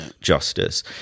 justice